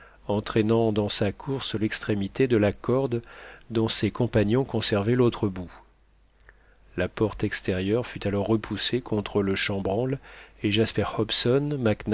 entraînant dans sa course l'extrémité de la corde dont ses compagnons conservaient l'autre bout la porte extérieure fut alors repoussée contre le chambranle et jasper hobson